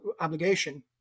obligation